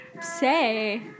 say